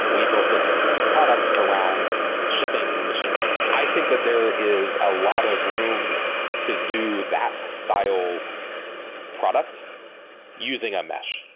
we built this product around shipping machine learning. i think that there is a lot of room to do that style product using a mesh,